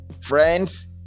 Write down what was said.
Friends